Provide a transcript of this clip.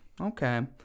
Okay